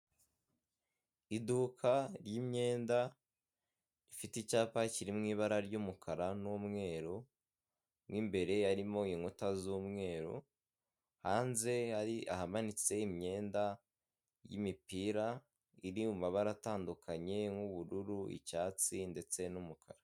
Iduka ry'imyenda rifite icyapa kiri mu ibara ry'umukara n'umweru, mo imbere harimo inkuta z'umweru, hanze hari ahamanitse imyenda y'imipira iri mu mabara atandukanye nk'ubururu, icyatsi ndetse n'umukara.